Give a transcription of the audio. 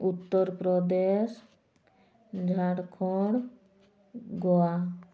Uttar Pradesh Jharkhand Goa